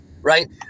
Right